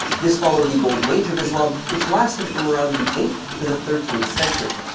this followed the golden age of islam which lasted from around the eighth to the thirteenth century.